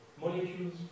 molecules